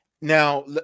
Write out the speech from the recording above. Now